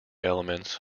elements